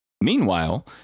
Meanwhile